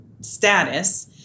status